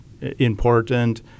important